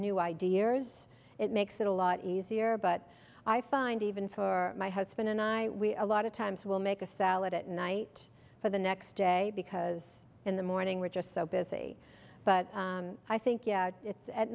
new ideas it makes it a lot easier but i find even for my husband and i we a lot of times will make a salad at night for the next day because in the morning we're just so busy but i think you know it's at